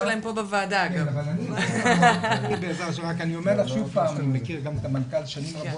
אני מכיר גם את המנכ"ל שנים רבות,